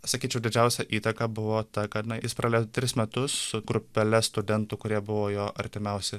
sakyčiau didžiausia įtaka buvo ta kad na jis praleido tris metus su grupele studentų kurie buvo jo artimiausi